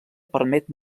permet